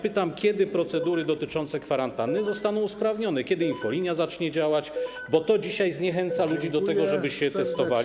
Pytam, kiedy procedury dotyczące kwarantanny zostaną usprawnione, kiedy infolinia zacznie działać, bo to dzisiaj zniechęca ludzi do tego, żeby się testowali.